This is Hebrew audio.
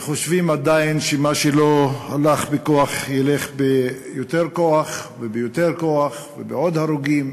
וחושבים עדיין שמה שלא הלך בכוח ילך ביותר כוח וביותר כוח ובעוד הרוגים.